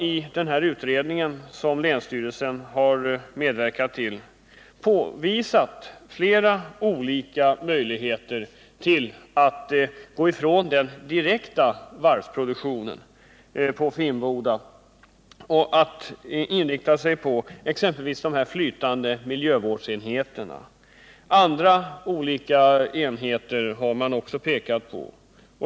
I den utredning länsstyrelsen medverkat till påvisas flera olika möjligheter att gå ifrån den direkta varvsproduktionen på Finnboda och inrikta sig på exempelvis de flytande miljövårdsenheterna. Olika typer av andra enheter har utredningen också pekat på.